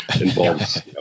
involves